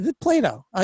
Plato